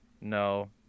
No